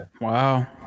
wow